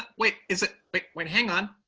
wait, is it. like wait, hang on.